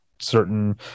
certain